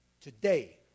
today